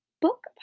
book